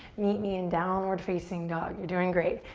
meet me in downward facing dog. you're doing great.